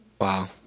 Wow